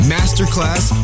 Masterclass